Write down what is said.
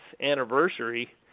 anniversary